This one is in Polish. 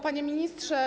Panie Ministrze!